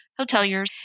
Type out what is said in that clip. hoteliers